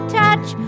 touch